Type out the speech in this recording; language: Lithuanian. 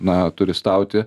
na turistauti